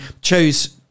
chose